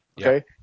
Okay